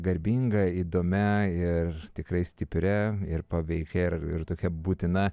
garbinga įdomia ir tikrai stipria ir paveikia ir ir tokia būtina